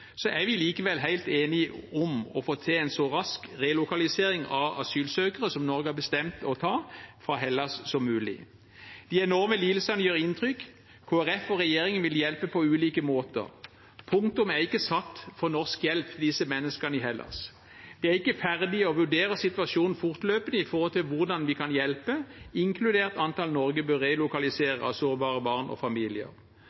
er vi likevel helt enige om å få til en så rask relokalisering som mulig av asylsøkere Norge har bestemt å ta imot fra Hellas. De enorme lidelsene gjør inntrykk. Kristelig Folkeparti og regjeringen vil hjelpe på ulike måter. Punktum er ikke satt for norsk hjelp til disse menneskene i Hellas. Vi er ikke ferdige og vurderer situasjonen fortløpende med tanke på hvordan vi kan hjelpe, inkludert antall sårbare barn og familier Norge bør